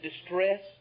distress